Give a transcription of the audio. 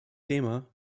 thema